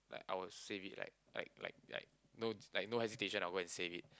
like I will save it like like like like no like no hesitation I will go and save it